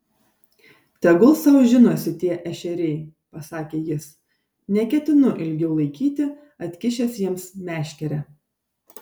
tegul sau žinosi tie ešeriai pasakė jis neketinu ilgiau laikyti atkišęs jiems meškerę